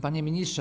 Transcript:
Panie Ministrze!